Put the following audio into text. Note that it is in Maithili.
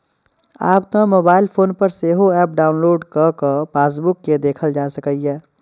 आब तं मोबाइल फोन पर सेहो एप डाउलोड कैर कें पासबुक कें देखल जा सकैए